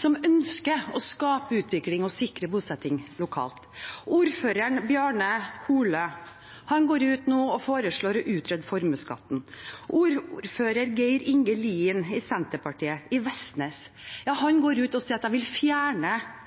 som ønsker å skape utvikling og sikre bosetting lokalt. Ordføreren Bjarne Holø går nå ut og foreslår å utrede formuesskatten, og ordfører Geir Inge Lien fra Senterpartiet i Vestnes går ut og sier at de vil fjerne